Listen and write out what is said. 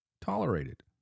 tolerated